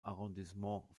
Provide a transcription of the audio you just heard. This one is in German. arrondissement